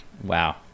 Wow